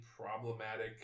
problematic